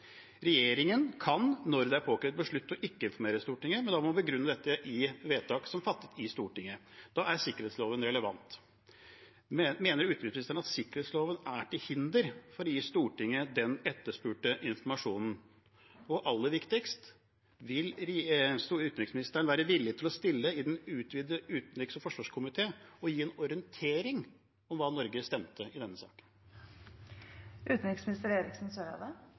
Regjeringen kan, når det er påkrevet, beslutte å ikke informere Stortinget, men da må den begrunne dette i vedtak som er fattet i Stortinget. Da er sikkerhetsloven relevant. Mener utenriksministeren at sikkerhetsloven er til hinder for å gi Stortinget den etterspurte informasjonen? Og aller viktigst: Vil utenriksministeren være villig til å stille i den utvidete utenriks- og forsvarskomité og gi en orientering om hva Norge stemte i denne